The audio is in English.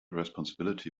responsibility